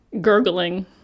gurgling